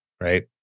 Right